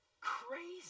crazy